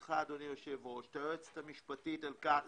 את היועצת המשפטית על כך